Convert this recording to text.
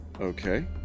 Okay